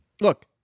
look